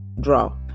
draw